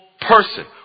person